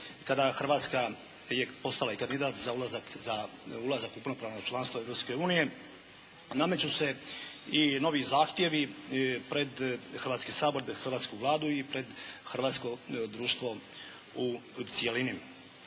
kada Hrvatska je postala i kandidat za ulazak u punopravno članstvo Europske unije, nameću se i novi zahtjevi pred Hrvatski sabor, hrvatsku Vladu i hrvatsko društvo u cjelini.